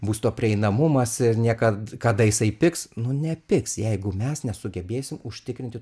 būsto prieinamumas ir niekad kada jisai pigs nu nepigs jeigu mes nesugebėsim užtikrinti